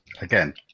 again